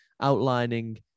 outlining